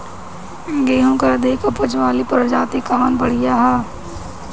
गेहूँ क अधिक ऊपज वाली प्रजाति कवन बढ़ियां ह?